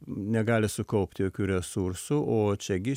negali sukaupti jokių resursų o čia gi